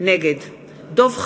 נגד דב חנין,